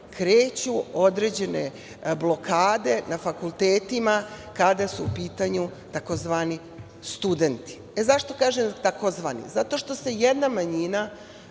kreću određene blokade na fakultetima kada su u pitanju takozvani studenti.Zašto kažem takozvani? Zato što je jedna manjina